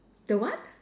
the what